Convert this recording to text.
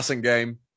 Game